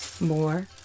more